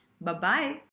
Bye-bye